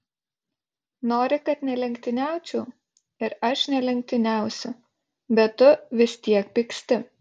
nori kad nelenktyniaučiau ir aš nelenktyniausiu bet tu vis tiek pyksti